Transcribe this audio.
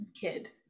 kid